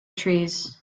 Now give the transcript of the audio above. trees